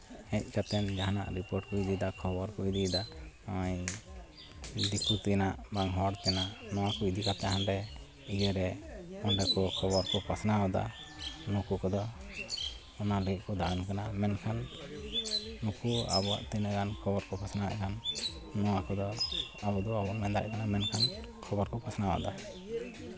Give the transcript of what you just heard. ᱦᱮᱡ ᱠᱟᱛᱮᱫ ᱡᱟᱦᱟᱱᱟᱜ ᱨᱤᱯᱳᱨᱴ ᱠᱚ ᱤᱫᱤᱭᱫᱟ ᱠᱷᱚᱵᱚᱨ ᱠᱚ ᱤᱫᱤᱭᱫᱟ ᱱᱚᱜᱼᱚᱸᱭ ᱫᱤᱠᱩ ᱛᱮᱱᱟᱜ ᱵᱟᱝ ᱦᱚᱲ ᱛᱮᱱᱟᱜ ᱱᱚᱣᱟ ᱠᱚ ᱤᱫᱤ ᱠᱟᱛᱮᱫ ᱦᱟᱸᱰᱮ ᱤᱭᱟᱹ ᱨᱮ ᱚᱸᱰᱮ ᱠᱚ ᱠᱷᱚᱵᱚᱨ ᱠᱚ ᱯᱟᱥᱱᱟᱣ ᱮᱫᱟ ᱱᱩᱠᱩ ᱠᱚᱫᱚ ᱚᱱᱟ ᱞᱟᱹᱜᱤᱫ ᱠᱚ ᱫᱟᱬᱟᱱ ᱠᱟᱱᱟ ᱢᱮᱱᱠᱷᱟᱱ ᱱᱩᱠᱩ ᱟᱵᱚᱣᱟᱜ ᱠᱚ ᱛᱤᱱᱟᱹᱜ ᱜᱟᱱ ᱠᱚ ᱵᱟᱠᱚ ᱯᱟᱥᱱᱟᱣᱮᱜ ᱠᱟᱱ ᱱᱚᱣᱟ ᱠᱚᱫᱚ ᱟᱵᱚ ᱫᱚ ᱵᱟᱵᱚᱱ ᱢᱮᱱ ᱫᱟᱲᱮᱭᱟᱜ ᱠᱟᱱᱟ ᱢᱮᱱᱠᱷᱟᱱ ᱠᱷᱚᱵᱚᱨ ᱠᱚ ᱯᱟᱥᱱᱟᱣᱮᱫᱟ